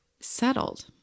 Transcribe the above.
settled